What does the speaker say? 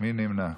מי נמנע?